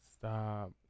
Stop